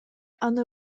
аны